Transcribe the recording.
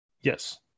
Yes